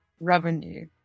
Revenue